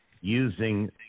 using